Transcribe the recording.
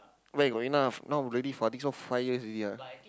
where got enough now already five I think so five years already ah